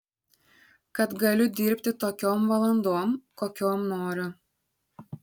kad galiu dirbti tokiom valandom kokiom noriu